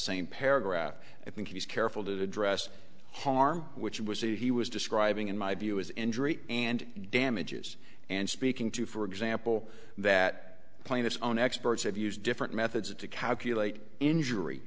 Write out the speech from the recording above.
same paragraph i think he was careful to address harm which was that he was describing in my view as injury and damages and speaking to for example that plaintiffs own experts have used different methods to calculate injury